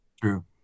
True